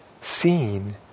seen